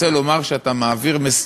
רוצה לומר, שאתה מעביר,